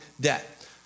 debt